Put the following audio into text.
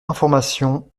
information